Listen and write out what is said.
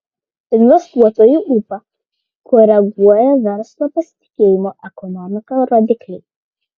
investuotojų ūpą koreguoja verslo pasitikėjimo ekonomika rodikliai